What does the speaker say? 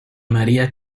maría